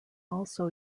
also